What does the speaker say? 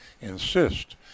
insist